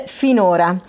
finora